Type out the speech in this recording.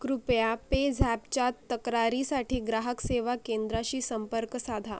कृपया पेझॅपच्या तक्रारीसाठी ग्राहक सेवा केंद्राशी संपर्क साधा